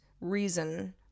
reason